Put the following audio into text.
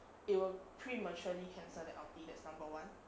it will prematurely cancel that ulti that's number one